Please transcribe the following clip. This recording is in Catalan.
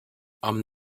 amb